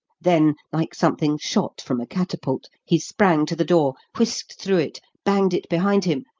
then, like something shot from a catapult, he sprang to the door, whisked through it, banged it behind him,